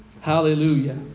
Hallelujah